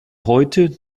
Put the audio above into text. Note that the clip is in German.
heute